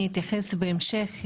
אני אתייחס בהמשך,